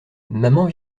maman